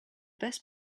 best